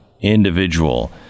individual